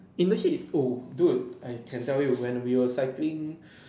in Malaysia oh dude I can tell you when we were cycling